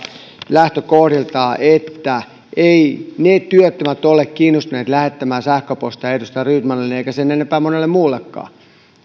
lähtökohdiltaan että eivät ne työttömät ole kiinnostuneet lähettämään sähköposteja edustaja rydmanille sen enempää kuin monelle muullekaan